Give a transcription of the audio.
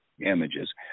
images